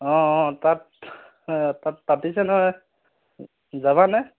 অঁ তাত তাত পাতিছে নহয় যাবানে